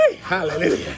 Hallelujah